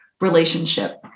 relationship